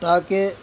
تاکہ